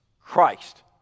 Christ